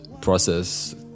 Process